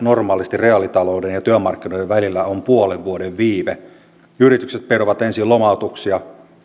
normaalisti reaalitalouden ja työmarkkinoiden välillä on puolen vuoden viive yritykset peruvat ensin lomautuksia